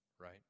Right